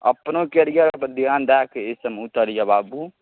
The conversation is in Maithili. अपनो कैरिअरपर धिआन दऽ कऽ एहिसबमे उतरिहेँ बाबू